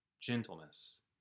gentleness